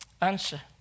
Answer